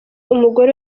umugore